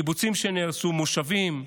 קיבוצים שנהרסו, מושבים.